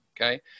Okay